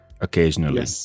occasionally